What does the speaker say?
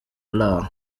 allah